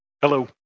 hello